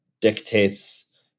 dictates